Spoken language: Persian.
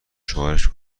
شوهرش